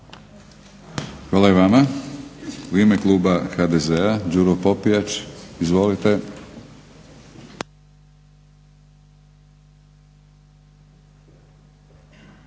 Hvala i vama. U ime kluba HDZ-a Đuro Popijač. Izvolite.